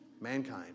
mankind